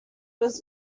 was